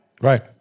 Right